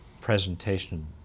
presentation